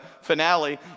finale